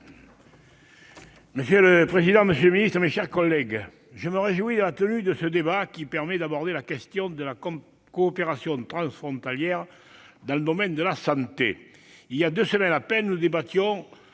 Monsieur le président, monsieur le secrétaire d'État, mes chers collègues, je me réjouis de la tenue de ce débat, qui nous permet d'aborder la question de la coopération transfrontalière dans le domaine de la santé. Voilà deux semaines à peine, nous débattions